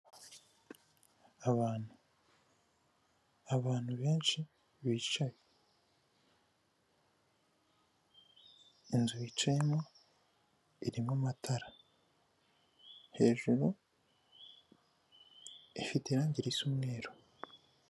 Abantu benshi bicaye inzu bicayemo irimo amatara, hejuru ifite irange risa umweru.